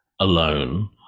alone